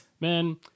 man